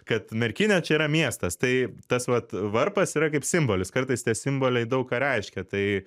kad merkinė čia yra miestas tai tas vat varpas yra kaip simbolis kartais tie simboliai daug ką reiškia tai